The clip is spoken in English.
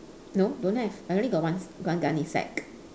no don't have I only got one one gunnysack